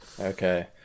Okay